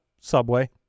Subway